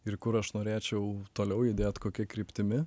ir kur aš norėčiau toliau judėt kokia kryptimi